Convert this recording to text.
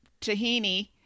tahini